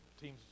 teams